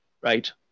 right